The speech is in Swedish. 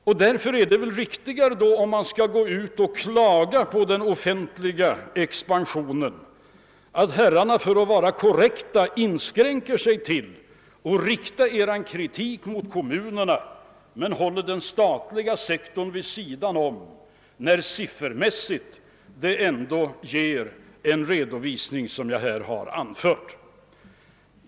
Om herrarna vill klaga på den offentliga expansionen är det väl då med hänsyn till den siffermässiga redovisning jag här gjort korrektare att ni inskränker er till att rikta er kritik mot kommunerna och håller den statliga sektorn utanför.